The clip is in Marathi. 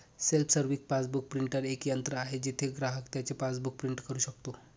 सेल्फ सर्व्हिस पासबुक प्रिंटर एक यंत्र आहे जिथे ग्राहक त्याचे पासबुक प्रिंट करू शकतो